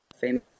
famous